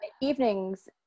evenings